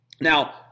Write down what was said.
Now